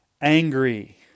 angry